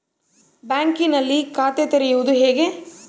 ಬ್ಯಾಂಕಿನಲ್ಲಿ ಖಾತೆ ತೆರೆಯುವುದು ಹೇಗೆ?